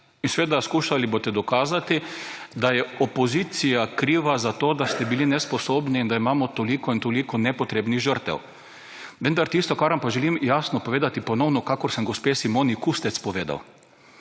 In seveda, skušali boste dokazati, da je opozicija kriva za to, da ste bili nesposobni in da imamo toliko in toliko nepotrebnih žrtev. Vendar tisto, kar vam pa želim jasno povedati ponovno, kakor sem gospe Simoni Kustec povedal.